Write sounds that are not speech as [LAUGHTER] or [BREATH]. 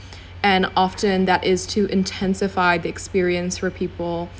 [BREATH] and often that is to intensify the experience for people